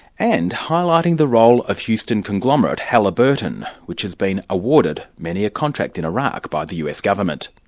and highlighting the role of houston conglomerate halliburton, which has been awarded many a contract in iraq by the us government.